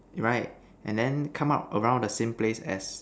right and then come out around the same place as